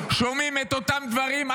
שומעים את אותם דברים,